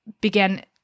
began